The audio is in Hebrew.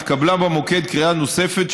התקבלה במוקד קריאה נוספת,